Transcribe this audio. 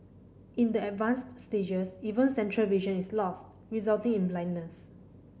in the advanced stages even central vision is lost resulting in blindness